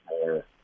more